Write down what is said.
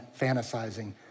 fantasizing